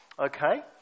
Okay